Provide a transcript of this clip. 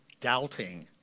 doubting